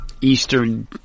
Eastern